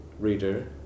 reader